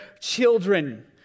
children